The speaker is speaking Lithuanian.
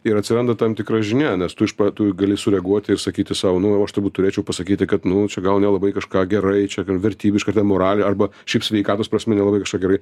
ir atsiranda tam tikra žinia nes tu iš pra tu gali sureaguoti ir sakyti sau nu aš turbūt turėčiau pasakyti kad nu čia gal nelabai kažką gerai čia vertybiška ten moralė arba šiaip sveikatos prasme nelabai gerai